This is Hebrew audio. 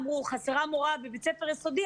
אמרו חסרה מורה בבית-ספר יסודי,